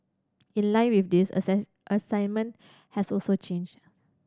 in line with this assess assignment has also change